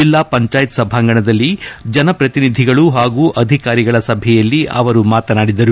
ಜಿಲ್ಲಾ ಪಂಚಾಯತ್ ಸಭಾಂಗಣದಲ್ಲಿ ಜನಪ್ರತಿನಿಧಿಗಳು ಹಾಗೂ ಅಧಿಕಾರಿಗಳ ಸಭೆಯಲ್ಲಿ ಅವರು ಮಾತನಾದಿದರು